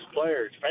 players